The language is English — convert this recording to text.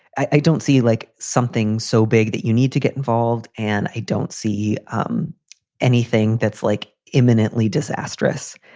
i don't see, like, something so big that you need to get involved. and i don't see um anything that's like imminently disastrous.